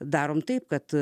darome taip kad